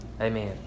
Amen